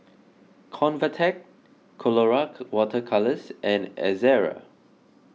Convatec Colora Water Colours and Ezerra